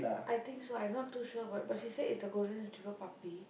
I think so I not too sure about but she say it's a golden retriever puppy